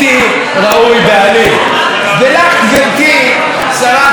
ולך, גברתי שרת התרבות, אני רוצה לומר: